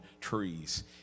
trees